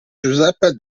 giuseppe